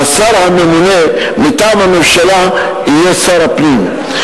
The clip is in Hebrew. והשר הממונה מטעם הממשלה יהיה שר הפנים.